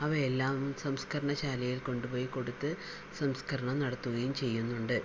അവയെല്ലാം സംസ്കരണ ശാലയിൽ കൊണ്ട് പോയി കൊടുത്ത് സംസ്കരണം നടത്തുകയും ചെയ്യുന്നുണ്ട്